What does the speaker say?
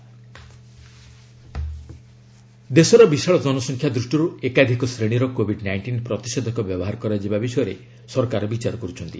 ଗମେଣ୍ଟ vaccine ଦେଶର ବିଶାଳ ଜନସଂଖ୍ୟା ଦୂଷ୍ଟିରୁ ଏକାଧିକ ଶ୍ରେଣୀର କୋଭିଡ ନାଇଷ୍ଟିନ ପ୍ରତିଷେଧକ ବ୍ୟବହାର କରାଯିବା ବିଷୟରେ ସରକାର ବିଚାର କରୁଛନ୍ତି